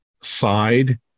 side